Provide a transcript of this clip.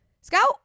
Scout